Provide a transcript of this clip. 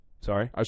sorry